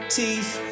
teeth